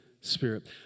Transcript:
Spirit